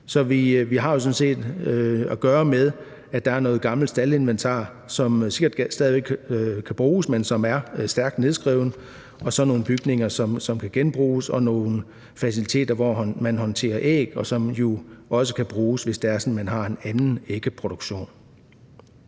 Så vi har jo sådan set at gøre med, at der er noget gammelt staldinventar, som sikkert stadig væk kan bruges, men som er stærkt nedskreven, og så er der nogle bygninger, som kan genbruges, og nogle faciliteter, hvor man håndterer æg, som jo også kan bruges, hvis det er sådan, at man har en anden ægproduktion.